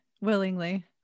willingly